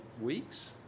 weeks